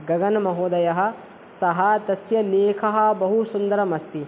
गगनमहोदयः सः तस्य लेखः बहुसुन्दरमस्ति